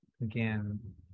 again